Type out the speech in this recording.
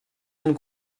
monde